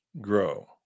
grow